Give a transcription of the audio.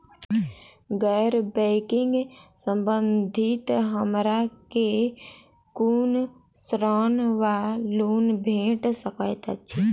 गैर बैंकिंग संबंधित हमरा केँ कुन ऋण वा लोन भेट सकैत अछि?